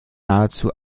nahezu